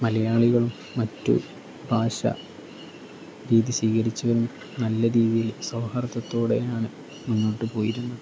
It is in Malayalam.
മലയാളികളും മറ്റു ഭാഷ രീതി സ്വീകരിച്ചു നല്ല രീതിയിൽ സ്വാഹാർദ്ദത്തോടെയാണ് മുന്നോട്ട് പോയിരുന്നത്